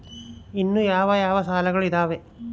ಇನ್ನು ಯಾವ ಯಾವ ಸಾಲಗಳು ಇದಾವೆ?